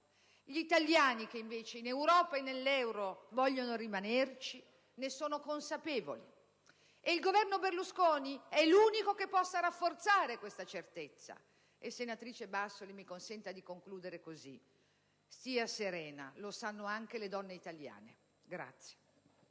Gli italiani che, invece, in Europa e nell'euro vogliono rimanerci, ne sono consapevoli. Il Governo Berlusconi è l'unico che possa rafforzare questa certezza! Senatrice Bassoli, mi consenta di concludere così: sia serena, questo lo sanno anche le donne italiane.